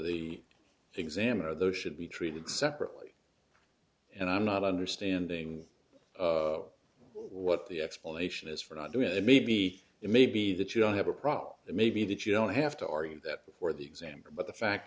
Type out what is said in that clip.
the examiner though should be treated separately and i'm not understanding what the explanation is for not doing it maybe it may be that you don't have a problem it may be that you don't have to argue that before the exam but the fact